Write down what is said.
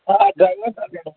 હા હા ડ્રાઇવર સાથે હોં